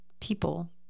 people